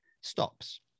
stops